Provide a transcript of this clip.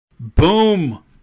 Boom